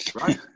Right